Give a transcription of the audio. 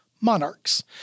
monarchs